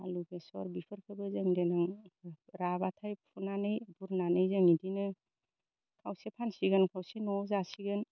आलु बेसर बेफोरखौबो जों देनां राब्लाथाय फुनानै बुरनानै जों इदिनो खावसे फानसिगोन खावसे न'आव जासिगोन